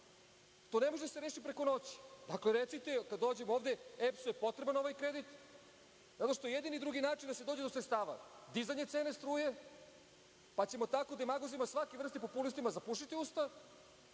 To ne može da se reši preko noći. Dakle, recite, kada dođete ovde, EPS-u je potreban kredit zato što je jedini drugi način da se dođe do sredstava dizanje cene struje, pa ćemo tako demagozima svake vrste, populistima zapušiti usta,